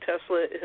Tesla